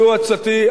זו הצעתי.